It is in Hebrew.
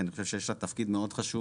כי אני חושב שיש לה תפקיד מאוד חשוב